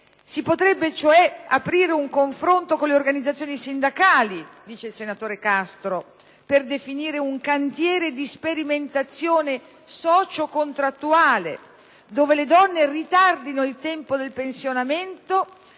si potrebbe aprire un confronto con le organizzazioni sindacali, per definire un cantiere di sperimentazione socio-contrattuale, dove le donne ritardino il tempo del pensionamento